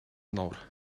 nawr